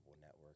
network